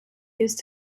used